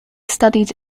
studied